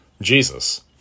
Jesus